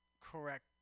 correct